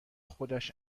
خودش